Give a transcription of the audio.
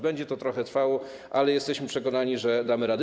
Będzie to trochę trwało, ale jesteśmy przekonani, że damy radę.